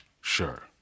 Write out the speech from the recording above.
Sure